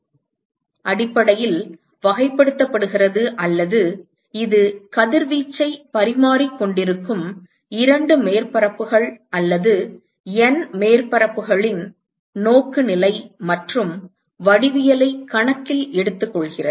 எனவே இந்த பார்வைக் காரணி அடிப்படையில் வகைப்படுத்துகிறது அல்லது இது கதிர்வீச்சைப் பரிமாறிக்கொண்டிருக்கும் இரண்டு மேற்பரப்புகள் அல்லது N மேற்பரப்புகளின் நோக்குநிலை மற்றும் வடிவியலைக் கணக்கில் எடுத்துக்கொள்கிறது